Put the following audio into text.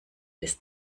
ist